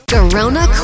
Corona